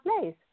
place